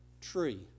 tree